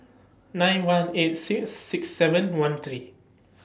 nine one eight six six seven one three